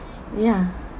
ya